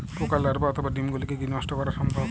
পোকার লার্ভা অথবা ডিম গুলিকে কী নষ্ট করা সম্ভব?